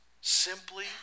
simply